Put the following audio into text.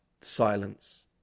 silence